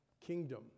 kingdom